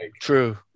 True